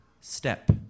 step